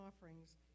offerings